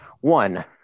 One